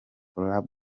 lab